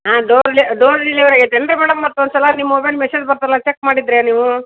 ಹಾಂ ಡೋರ್ ಡೆ door delivery ಆಗೇತೇನು ರೀ ಮೇಡಮ್ ಮತ್ತೊಂದು ಸಲ ನಿಮ್ಮ ಮೊಬೈಲ್ ಮೆಸೇಜ್ ಬರ್ತಲ್ಲ ಚೆಕ್ ಮಾಡಿದಿರಾ ನೀವು